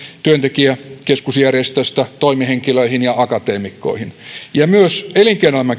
työntekijäkeskusjärjestöistä toimihenkilöihin ja akateemikkoihin ja myös elinkeinoelämän